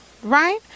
Right